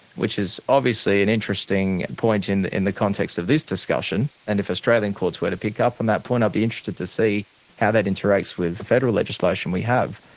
which is obviously an interesting point in the in the context of this discussion. and if australian courts were to pick up on that point i'd be interested to see how that interacts with federal legislation we have,